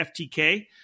FTK